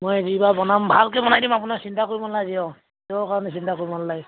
মই যিবাৰ বনাম ভালকৈ বনাই দিম আপোনাক চিন্তা কৰিব নালাগে দিয়ক তেওঁৰ কাৰণে চিন্তা কৰিব নালাগে